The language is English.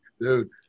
dude